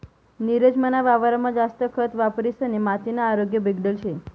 नीरज मना वावरमा जास्त खत वापरिसनी मातीना आरोग्य बिगडेल शे